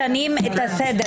תישמר לך זכות הדיבור למחר.